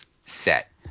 set